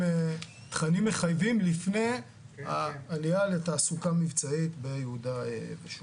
הם תכנים מחייבים לפני עלייה לתעסוקה מבצעית ביהודה ושומרון.